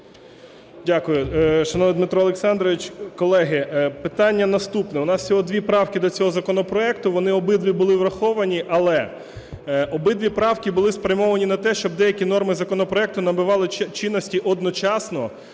Дякую, шановний Дмитре Олександровичу. Колеги, питання наступне. У нас всього дві правки до цього законопроекту, вони обидві були враховані. Але обидві правки були спрямовані на те, щоб деякі норми законопроекту набували чинності одночасно